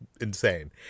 insane